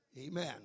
Amen